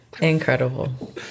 Incredible